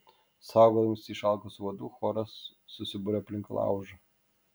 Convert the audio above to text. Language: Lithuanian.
saugodamiesi išalkusių uodų choras susiburia aplink laužą